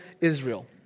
Israel